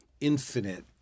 infinite